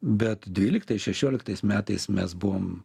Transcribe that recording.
bet dvyliktais šešioliktais metais mes buvom